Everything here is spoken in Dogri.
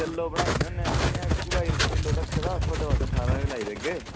किलो बनाई ओड़ने होने इक्की बाही रपे तगर ते तुसेंगी ठारहां दी लाई देगे